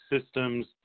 systems